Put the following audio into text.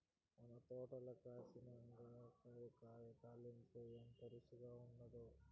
మన తోటల కాసిన అంగాకర కాయ తాలింపు ఎంత రుచిగా ఉండాదో